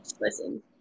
listen